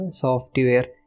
software